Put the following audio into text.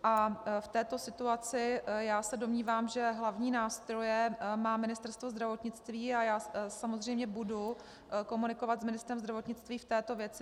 V této situaci se domnívám, že hlavní nástroje má Ministerstvo zdravotnictví, a já samozřejmě budu komunikovat s ministrem zdravotnictví v této věci.